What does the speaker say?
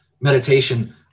meditation